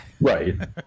right